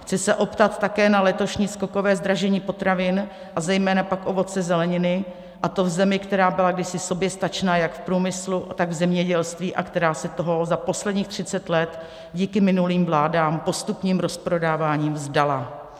Chci se optat také na letošní skokové zdražení potravin a zejména pak ovoce a zeleniny, a to v zemi, která byla kdysi soběstačná jak v průmyslu, tak v zemědělství a která se toho za posledních 30 let díky minulým vládám postupným rozprodáváním vzdala.